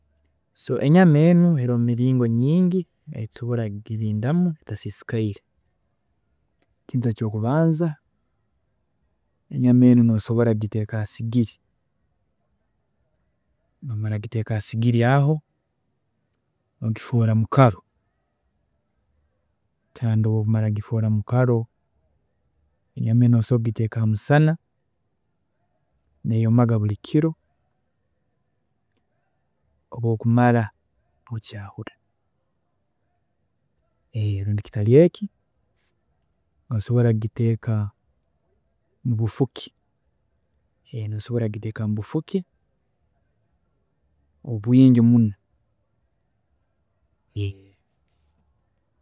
﻿So enyama enu haroho emiringo nyingi eyitusobola kugirindamu etasiisikaire, ekintu ekyokubanza enyama enu nosobola kugiteeka ha sigiri, nomara kugiteeka ha sigiri aho, nogifuura mukaru, kandi obu okumara kugifuura mukaru, enyama enu osobola kugiteekaga ha musana, neyomaga buri kiro, obu okumara nojyahura, rundi kitari eki nosobola kugiteeka mubufuki, nosobola kugiteeka mubufuki obwingi muno.